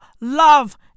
love